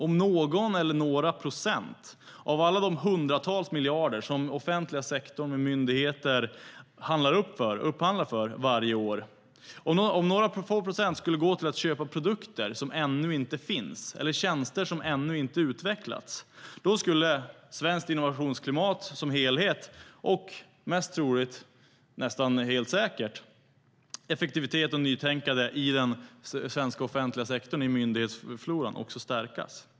Om någon eller några procent av alla de hundratals miljarder som den offentliga sektorn med myndigheter upphandlar för varje år skulle gå till att köpa produkter som ännu inte finns eller tjänster som ännu inte har utvecklats, då skulle svenskt innovationsklimat som helhet - och nästan helt säkert effektivitet och nytänkande i den svenska offentliga sektorn, i myndighetsfloran - stärkas.